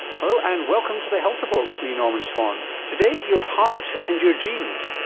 hello, and welcome to the health report with me, norman swan. today, your heart and your genes.